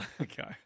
Okay